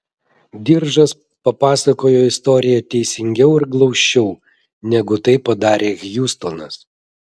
diržas papasakojo istoriją teisingiau ir glausčiau negu tai padarė hjustonas